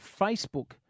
Facebook